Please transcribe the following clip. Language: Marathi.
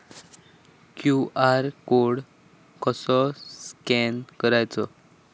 क्यू.आर कोड कसो स्कॅन करायचो?